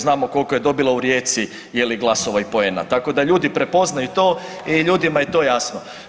Znamo koliko je dobila u Rijeci glasova i poena, tako da ljudi prepoznaju to i ljudima je to jasno.